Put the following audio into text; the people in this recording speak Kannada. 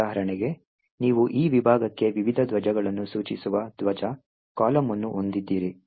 ಉದಾಹರಣೆಗೆ ನೀವು ಈ ವಿಭಾಗಕ್ಕೆ ವಿವಿಧ ಧ್ವಜಗಳನ್ನು ಸೂಚಿಸುವ ಧ್ವಜ ಕಾಲಮ್ ಅನ್ನು ಹೊಂದಿದ್ದೀರಿ